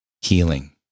healing